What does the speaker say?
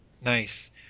nice